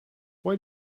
why